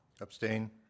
Abstain